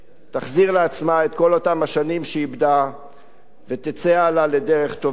תחזיר לעצמה את כל אותן השנים שאיבדה ותצא הלאה לדרך טובה.